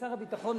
ושר הביטחון,